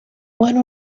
when